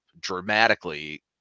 dramatically